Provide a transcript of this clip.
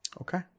Okay